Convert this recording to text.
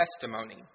testimony